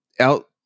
Out